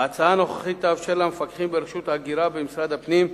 ההצעה הנוכחית תאפשר למפקחים ברשות ההגירה במשרד הפנים,